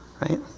right